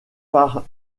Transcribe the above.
par